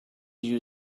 you